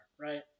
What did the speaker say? right